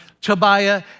Tobiah